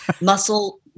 muscle